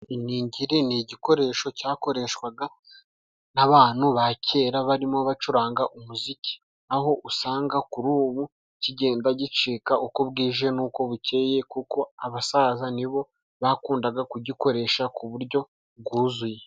Iningiri ni igikoresho cyakoreshwaga n'abantu ba kera barimo bacuranga umuziki, aho usanga kuri ubu kigenda gicika uko bwije n'uko bukeye kuko abasaza nibo bakundaga kugikoresha ku buryo bwuzuye.